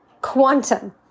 quantum